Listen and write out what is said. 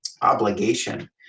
obligation